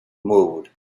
mode